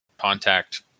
contact